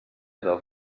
del